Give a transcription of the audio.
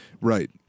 Right